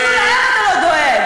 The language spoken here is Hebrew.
כי אפילו להם אתה לא דואג.